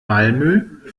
malmö